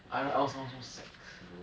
I_R_L sounds so sex bro